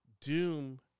Doom